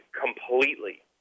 completely